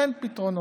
אין פתרונות,